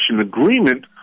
agreement